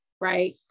right